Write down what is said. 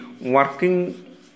working